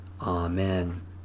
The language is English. Amen